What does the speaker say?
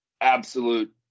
absolute